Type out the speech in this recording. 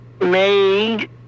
made